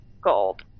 gold